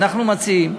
אנחנו מציעים,